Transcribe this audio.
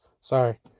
Sorry